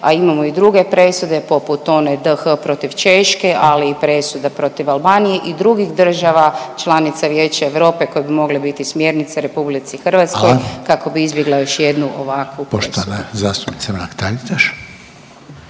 a imamo i druge presude poput one DH protiv Češće, ali presude protiv Albanije i drugih država članica Vijeća Europe koje bi mogle biti smjernice RH …/Upadica Reiner: Hvala./… kako bi izbjegla još jednu ovakvu presudu. **Reiner, Željko (HDZ)** Hvala.